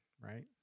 right